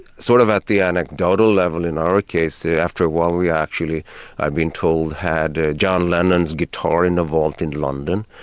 sort of at the anecdotal level in our case, ah after a while we actually i've been told, had ah john lennon's guitar in a vault in london.